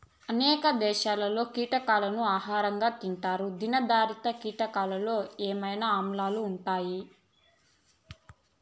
అనేక దేశాలలో కీటకాలను ఆహారంగా తింటారు తినదగిన కీటకాలలో అమైనో ఆమ్లాలు ఉంటాయి